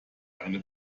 eine